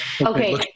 Okay